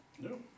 No